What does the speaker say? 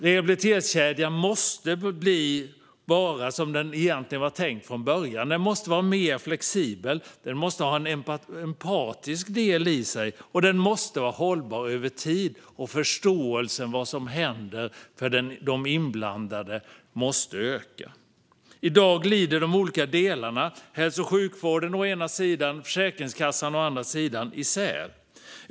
Rehabiliteringskedjan måste vara som den var tänkt från början, nämligen mer flexibel, ha en empatisk del i sig och vara hållbar över tid. Förståelsen om vad som händer för de inblandade måste öka. I dag glider de olika delarna - hälso och sjukvården å ena sidan och Försäkringskassan å andra sidan - isär.